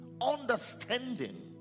understanding